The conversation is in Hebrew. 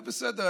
אבל בסדר,